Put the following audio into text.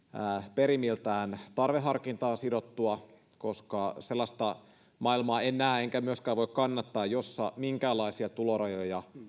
perimmiltään tarveharkintaan sidottua koska sellaista maailmaa en näe enkä myöskään voi kannattaa jossa minkäänlaisia tulorajoja